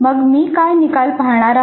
मग मी काय निकाल पाहणार आहे